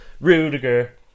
Rudiger